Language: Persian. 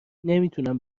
نمیتونم